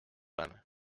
oleme